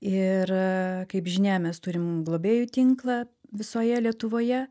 ir kaip žinia mes turim globėjų tinklą visoje lietuvoje